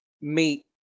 meet